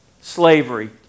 slavery